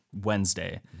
Wednesday